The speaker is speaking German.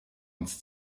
uns